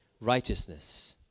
righteousness